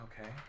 Okay